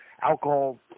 alcohol